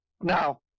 Now